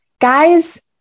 Guys